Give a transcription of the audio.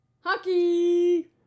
Hockey